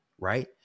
right